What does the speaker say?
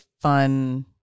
fun